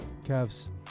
Cavs